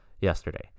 yesterday